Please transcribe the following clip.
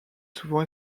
souvent